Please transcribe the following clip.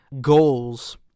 goals